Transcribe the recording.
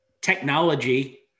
technology